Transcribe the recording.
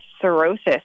cirrhosis